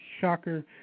Shocker